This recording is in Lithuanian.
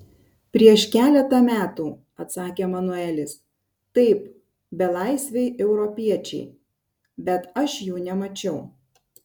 prieš keletą metų atsakė manuelis taip belaisviai europiečiai bet aš jų nemačiau